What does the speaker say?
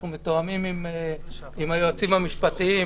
אנחנו מתואמים עם היועצים המשפטיים,